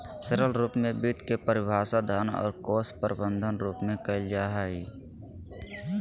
सरल रूप में वित्त के परिभाषा धन और कोश प्रबन्धन रूप में कइल जा हइ